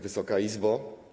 Wysoka Izbo!